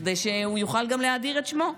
כדי שהוא יוכל גם להאדיר את שמו.